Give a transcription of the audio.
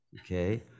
okay